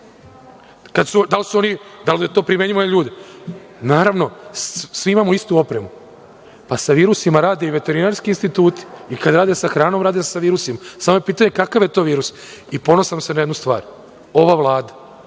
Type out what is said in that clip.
tom filmu, da li je to primenjivo na ljude? Naravno, svi imamo isti opremu. Sa virusima rade i veterinarski instituti. I kad rade sa hranom, rade sa virusima, samo je pitanje kakav je to virus. Ponosan sam na jednu stvar - ova Vlada